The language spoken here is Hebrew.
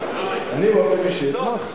אני באופן אישי אתמוך.